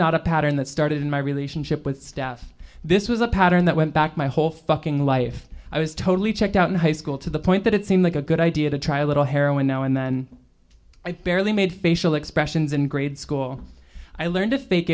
not a pattern that started in my relationship with staff this was a pattern that went back my whole fucking life i was totally checked out in high school to the point that it seemed like a good idea to try a little heroin now and then i barely made facial expressions in grade school i learned to